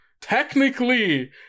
Technically